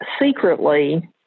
secretly